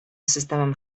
systemem